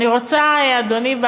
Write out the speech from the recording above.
אדוני,